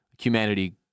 Humanity